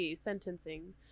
sentencing